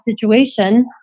situation